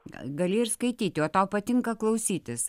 gali ir skaityti o tau patinka klausytis